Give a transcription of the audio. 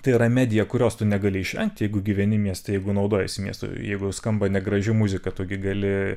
tai yra medija kurios tu negali išvengti jeigu gyveni mieste jeigu naudojiesi miesto jeigu skamba negraži muzika tu gi gali